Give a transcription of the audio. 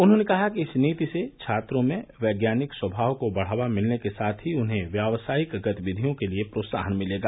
उन्होंने कहा कि इस नीति से छात्रो में वैज्ञानिक स्वभाव को बढ़ावा मिलने के साथ ही उन्हें व्यावसायिक गतिविधियों के लिए प्रोत्साहन मिलेगा